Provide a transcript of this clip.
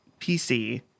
pc